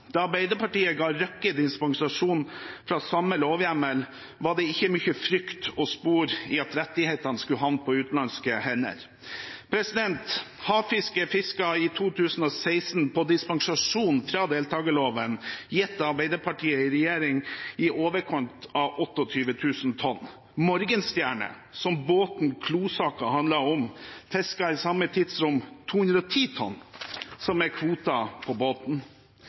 Da Arbeiderpartiet ga Røkke dispensasjon fra samme lovhjemmel, var det ikke mye frykt å spore i at rettighetene skulle havne på utenlandske hender. Under havfisket i 2016 fisket man på dispensasjon fra deltakerloven – gitt av Arbeiderpartiet i regjering – i overkant av 28 000 tonn. «Morgenstjerne», som er båten Klo-saken handlet om, fisket i samme tidsrom 210 tonn, som er kvoten på båten.